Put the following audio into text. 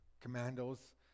commandos